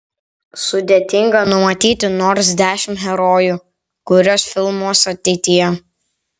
sudėtinga numatyti nors dešimt herojų kuriuos filmuos ateityje